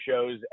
shows